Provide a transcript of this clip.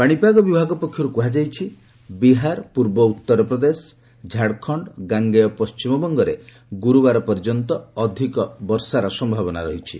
ପାଣିପାଗ ବିଭାଗ ପକ୍ଷରୁ କୁହାଯାଇଛି ବିହାର ପୂର୍ବ ଉଉରପ୍ରଦେଶ ଝାଡ଼ଖଣ୍ଡ ଗାଙ୍ଗେୟ ପଶ୍ଚିମବଙ୍ଗରେ ଗୁରୁବାର ପର୍ଯ୍ୟନ୍ତ ଅଧିକ ବର୍ଷାର ସମ୍ଭାବନା ରହିଛି